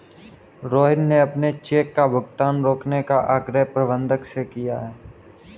रोहित ने अपने चेक का भुगतान रोकने का आग्रह प्रबंधक से किया है